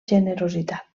generositat